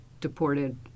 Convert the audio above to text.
deported